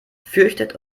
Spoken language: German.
fürchtet